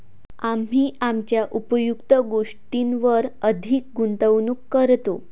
आम्ही आमच्या उपयुक्त गोष्टींवर अधिक गुंतवणूक करतो